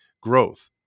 growth